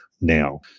now